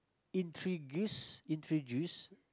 introduce introduce